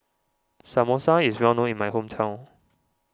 Samosa is well known in my hometown